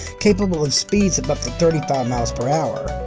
capable of speeds up to thirty five mph,